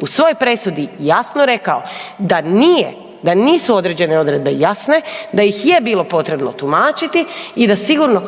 u svojoj presudi jasno rekao da nije, da nisu određene odredbe jasno, da ih je bilo potrebno tumačiti i da sigurno